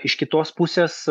iš kitos pusės